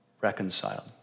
reconciled